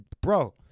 Bro